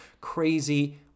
crazy